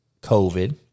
COVID